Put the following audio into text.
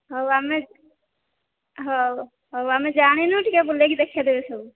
ହଉ ଆମେ ହଉ ହଉ ଆମେ ଜାଣିନୁ ଟିକିଏ ବୁଲେଇକି ଦେଖେଇଦେବେ ସବୁ